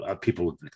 people